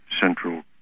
central